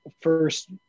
First